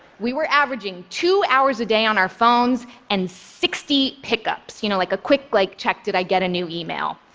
we were averaging two hours a day on our phones and sixty pickups, you know, like, a quick like check, did i get a new email?